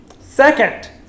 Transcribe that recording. Second